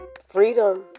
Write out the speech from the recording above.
freedom